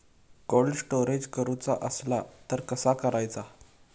Cold storage करूचा असला तर कसा करायचा?